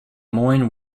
moines